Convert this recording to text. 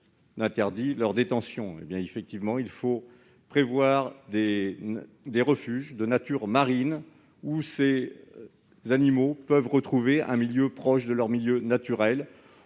d'interdire la détention. Il faut effectivement prévoir des refuges de nature marine, où ces animaux puissent retrouver un milieu proche de leur milieu naturel.